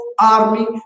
army